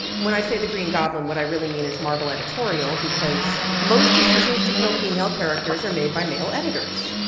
when i say the green goblin what i really mean is marvel editorial because most decisions to kill female characters are made by male editors.